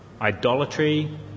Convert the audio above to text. idolatry